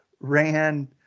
ran